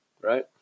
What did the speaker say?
Right